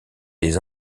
des